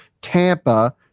Tampa